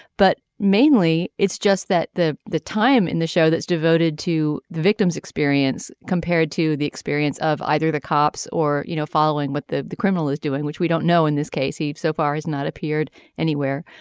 but mainly it's just that the the time in the show that's devoted to the victim's experience compared to the experience of either the cops or you know following what the the criminal is doing which we don't know in this case even so far has not appeared anywhere.